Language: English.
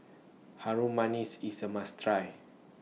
Harum Manis IS A must Try